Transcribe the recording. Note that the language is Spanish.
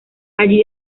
allí